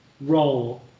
role